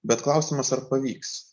bet klausimas ar pavyks